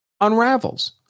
unravels